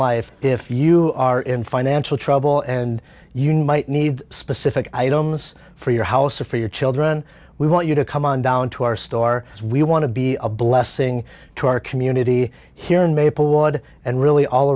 life if you are in financial trouble and you might need specific items for your house or for your children we want you to come on down to our star we want to be a blessing to our community here in